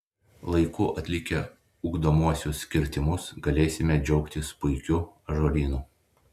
laiku atlikę ugdomuosius kirtimus galėsime džiaugtis puikiu ąžuolynu